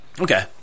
Okay